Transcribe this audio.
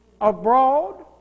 abroad